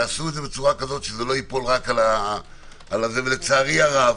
תעשו את זה כך שזה לא ייפול רק על זה, ולצערי הרב,